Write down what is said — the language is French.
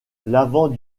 l’avant